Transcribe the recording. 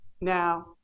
Now